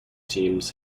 teams